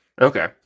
Okay